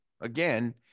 Again